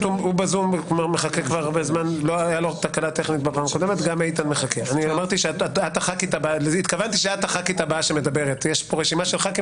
היום כמעט ולא ניתן להתמנות לערכאת שלום,